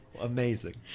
Amazing